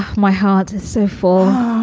my heart so for oh,